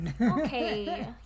Okay